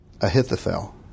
Ahithophel